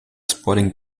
sporting